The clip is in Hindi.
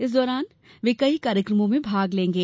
इस दौरान में कई कार्यक्रमों में भाग लेंगे